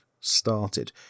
started